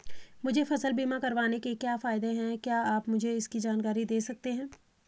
मुझे फसल बीमा करवाने के क्या फायदे हैं क्या आप मुझे इसकी जानकारी दें सकते हैं?